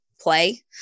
play